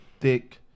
thick